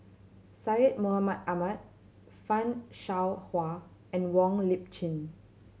Syed Mohamed Ahmed Fan Shao Hua and Wong Lip Chin